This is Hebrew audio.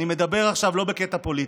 אני מדבר עכשיו לא בקטע פוליטי.